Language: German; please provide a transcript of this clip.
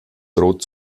droht